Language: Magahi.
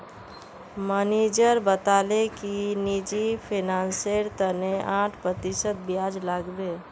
मनीजर बताले कि निजी फिनांसेर तने आठ प्रतिशत ब्याज लागबे